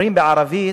אומרים בערבית: